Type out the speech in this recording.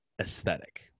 aesthetic